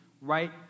right